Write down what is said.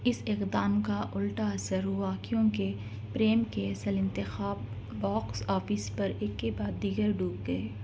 اس اقدام کا الٹا اثر ہوا کیونکہ پریم کے اصل انتخاب باکس آفس پر ایک کے بعد دیگرے ڈوب گئے